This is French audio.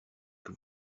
que